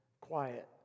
quiet